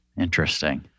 Interesting